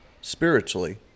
spiritually